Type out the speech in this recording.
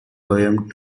poem